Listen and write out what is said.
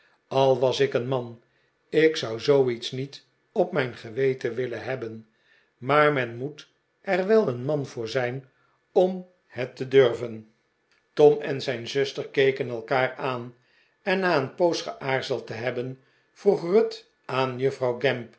a was ik een man ik zou zooiets niet op mijn geweten willen hebberi maar men moet er wel een man voor zijn om het te durven tom en zijn zuster keken elkaar aan en na een poos geaarzeld te hebben vroeg ruth aan juffrouw